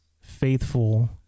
faithful